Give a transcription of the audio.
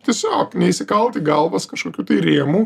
tiesiog neįsikalt į galvas kažkokių tai rėmų